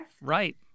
Right